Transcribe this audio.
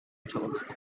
talk